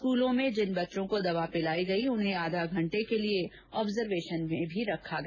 स्कूलों में जिन बच्चों को दवाई पिलाई गई उन्हें आधा घंटे के लिए आब्जरवेशन में भी रखा गया